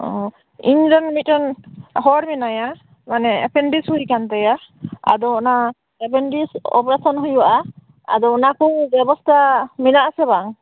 ᱳ ᱤᱧ ᱨᱮᱱ ᱢᱤᱴᱮᱱ ᱦᱚᱲ ᱢᱮᱱᱟᱭᱟ ᱢᱟᱱᱮ ᱮᱯ ᱮᱱᱰᱤᱠᱥ ᱦᱩᱭ ᱟᱠᱟᱱ ᱛᱟᱭᱟ ᱟᱫᱚ ᱚᱱᱟ ᱮᱯᱮᱱᱰᱤᱠᱥ ᱳᱯᱟᱨᱮᱥᱚᱱ ᱦᱩᱭᱩᱜᱼᱟ ᱟᱫᱚ ᱚᱱᱟ ᱠᱚ ᱵᱮᱵᱚᱥᱛᱟ ᱢᱮᱱᱟᱜ ᱟ ᱥᱮ ᱵᱟᱝ